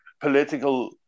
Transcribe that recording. political